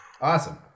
Awesome